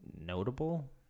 notable